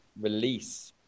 release